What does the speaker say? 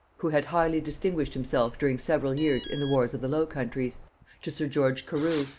who had highly distinguished himself during several years in the wars of the low countries to sir george carew,